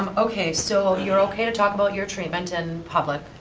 um okay, so you're okay to talk about your treatment in public.